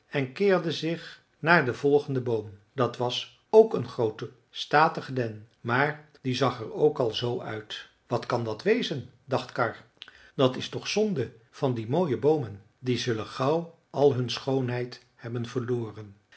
en keerde zich naar den volgenden boom dat was ook een groote statige den maar die zag er ook zoo uit wat kan dat wezen dacht karr dat is toch zonde van die mooie boomen die zullen gauw al hun schoonheid hebben verloren